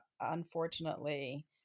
unfortunately